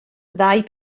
ddau